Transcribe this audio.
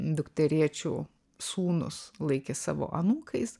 dukterėčių sūnus laikė savo anūkais